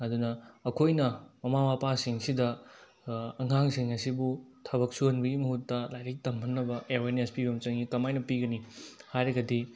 ꯑꯗꯨꯅ ꯑꯩꯈꯣꯏꯅ ꯃꯃꯥ ꯃꯄꯥꯁꯤꯡꯁꯤꯗ ꯑꯉꯥꯡꯁꯤꯡ ꯑꯁꯤꯕꯨ ꯊꯕꯛ ꯁꯨꯍꯟꯕꯒꯤ ꯃꯍꯨꯠꯇ ꯂꯥꯏꯔꯤꯛ ꯇꯝꯍꯟꯅꯕ ꯑꯦꯋꯥꯔꯅꯦꯁ ꯄꯤꯕ ꯑꯃ ꯆꯪꯏ ꯀꯃꯥꯏꯅ ꯄꯤꯒꯅꯤ ꯍꯥꯏꯔꯒꯗꯤ